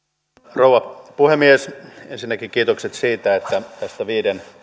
rouva puhemies ensinnäkin kiitokset siitä että tästä viiteen